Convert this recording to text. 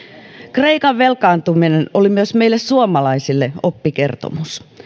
kreikan velkaantuminen oli myös meille suomalaisille oppikertomus